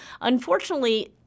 Unfortunately